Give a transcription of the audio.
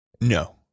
No